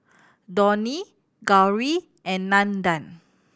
Dhoni Gauri and Nandan